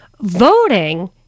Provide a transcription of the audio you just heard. voting